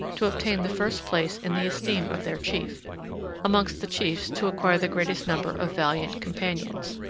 to obtain the first place in the esteem of their chief amongst the chiefs, to acquire the greatest number of valiant companions.